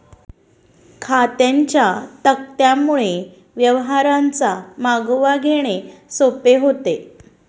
खात्यांच्या तक्त्यांमुळे व्यवहारांचा मागोवा घेणे सोपे होते